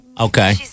Okay